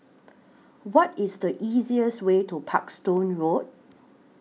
What IS The easiest Way to Parkstone Road